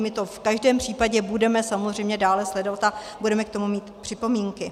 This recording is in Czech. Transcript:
My to v každém případě budeme samozřejmě dále sledovat a budeme k tomu mít připomínky.